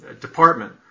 department